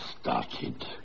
started